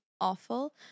awful